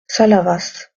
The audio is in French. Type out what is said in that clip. salavas